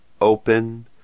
open